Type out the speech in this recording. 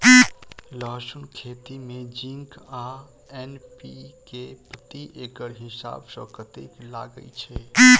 लहसून खेती मे जिंक आ एन.पी.के प्रति एकड़ हिसाब सँ कतेक लागै छै?